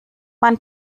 man